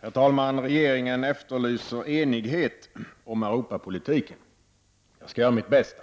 Herr talman! Regeringen efterlyser enighet om Europapolitiken. Jag skall göra mitt bästa.